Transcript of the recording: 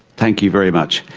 thank you very much.